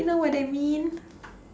you know what I mean